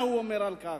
מה הוא אומר על כך.